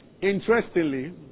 Interestingly